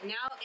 Now